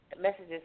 messages